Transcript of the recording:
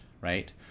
right